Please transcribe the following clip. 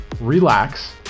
relax